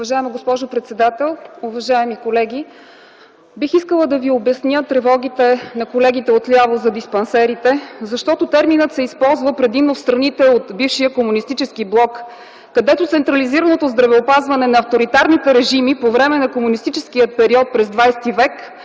Уважаема госпожо председател, уважаеми колеги. Бих искала да Ви обясня тревогите на колегите отляво за диспансерите, защото терминът се използва предимно в страните от бившия комунистически блок, където централизираното здравеопазване на авторитарните режими по време на комунистическия период през ХХ век,